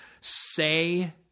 say